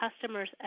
customers